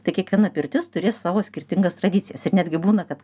tai kiekviena pirtis turės savo skirtingas tradicijas ir netgi būna kad